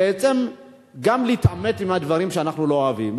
בעצם גם להתעמת עם הדברים שאנחנו לא אוהבים.